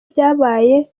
byabaye